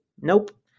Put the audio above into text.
Nope